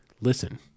listen